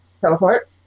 Teleport